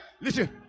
Listen